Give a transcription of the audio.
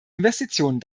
investitionen